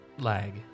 lag